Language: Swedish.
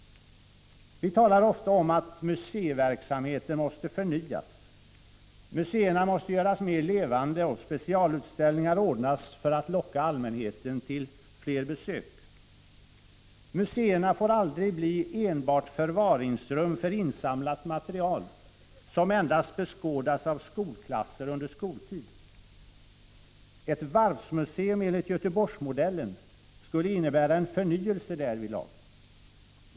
Vi talar ofta om att museiverksamheten måste förnyas. Museerna måste göras mer levande och specialutställningar ordnas för att locka allmänheten till fler besök. Museerna får aldrig bli enbart förvaringsrum för insamlat material, som endast beskådas av skolklasser under skoltid. Ett varvsmuseum enligt Göteborgsmodellen skulle innebära en förnyelse därvidlag.